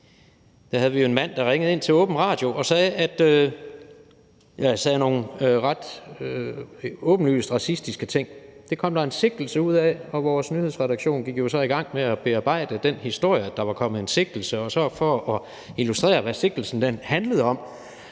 – havde vi en mand, der ringede ind til åben radio og sagde nogle ret åbenlyst racistiske ting. Det kom der en sigtelse ud af, og vores nyhedsredaktion gik jo så i gang med at bearbejde den historie, at der var kommet en sigtelse, og så for at illustrere, hvad sigtelsen handlede om,